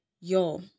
Yo